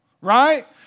right